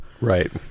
Right